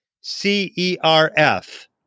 C-E-R-F